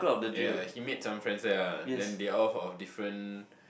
ya he made some friends there ah then they're all of different